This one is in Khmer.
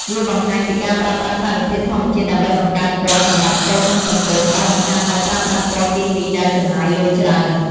វាបង្ហាញពីការប្រើប្រាស់សារធាតុធម្មជាតិដើម្បីបង្កើតពណ៌សម្រាប់សូត្រនិងសំពត់ ដោយមិនចាំបាច់ប្រើប្រាស់ពណ៌គីមីដែលចំណាយលុយច្រើន។